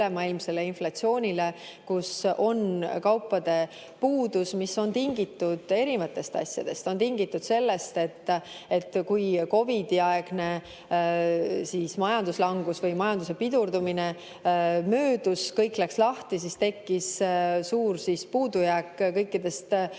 ülemaailmsele inflatsioonile, kus on kaupade puudus, mis on tingitud erinevatest asjadest, on tingitud sellest, et kui COVID‑i‑aegne majanduslangus või majanduse pidurdumine möödus, kõik läks lahti, siis tekkis suur puudujääk kõikidest sisenditest.